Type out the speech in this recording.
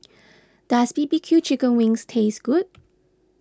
does B B Q Chicken Wings taste good